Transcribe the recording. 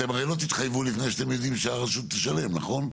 אתם הרי לא תתחייבו לפני שתדעו שהרשות תשלם נכון?